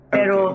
Pero